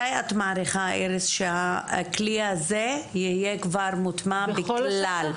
מתי את מעריכה איריס שהכלי הזה יהיה כבר מוטמע בכלל העובדים?